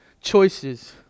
choices